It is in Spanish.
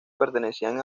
pertenecían